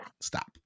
stop